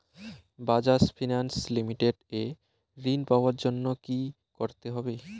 Bajaj Finance Limited এ ঋন পাওয়ার জন্য কি করতে হবে?